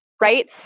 right